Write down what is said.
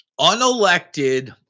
unelected